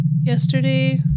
yesterday